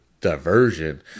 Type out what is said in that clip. diversion